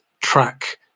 track